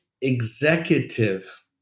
executive